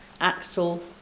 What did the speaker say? Axel